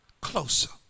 closer